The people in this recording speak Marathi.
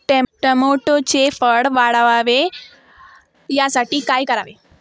टोमॅटोचे फळ वाढावे यासाठी काय करावे?